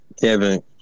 Kevin